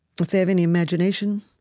but have any imagination,